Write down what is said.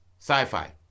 Sci-fi